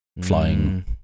flying